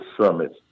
Summits